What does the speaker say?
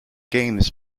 games